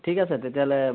ঠিক আছে তেতিয়াহ'লে